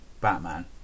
Batman